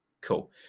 Cool